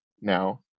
now